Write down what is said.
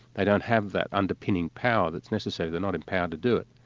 they don't have that underpinning power that's necessary, they're not empowered to do it.